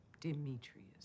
Demetrius